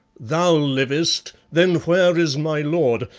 thou livest, then where is my lord?